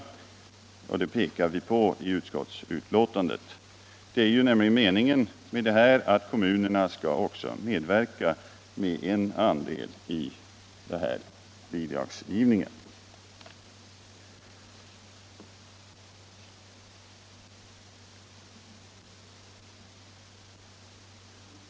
och det pekar vi på i utskottsbetänkandet. Meningen är nämligen att kommunerna också skall medverka med en andel i bidragsgivningen.